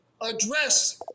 address